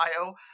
Ohio